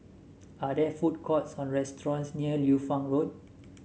are there food courts or restaurants near Liu Fang Road